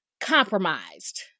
compromised